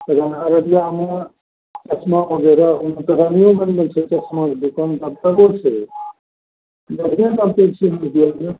अररियामे चश्मा वगैरह ओना तऽ बढ़िएँ बनबै छै चश्माके दोकानसब चलै छै बढ़िआँ